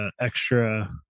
extra